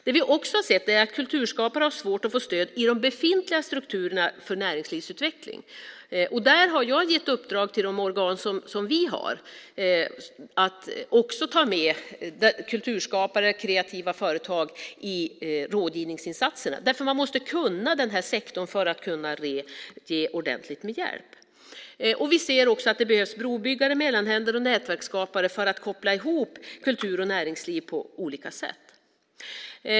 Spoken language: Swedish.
Vi har också sett att kulturskapare har svårt att få stöd i de befintliga strukturerna för näringslivsutveckling. Där har jag gett uppdrag till de organ som vi har att också ta med kulturskapare och kreativa företag i rådgivningsinsatserna. Man måste kunna denna sektor för att kunna ge ordentligt med hjälp. Det behövs också brobyggare, mellanhänder och nätverksskapare för att koppla ihop kultur och näringsliv på olika sätt.